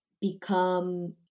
become